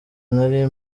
nari